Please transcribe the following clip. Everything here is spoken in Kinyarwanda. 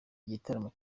igitaramo